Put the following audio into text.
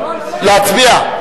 להצביע.